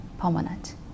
permanent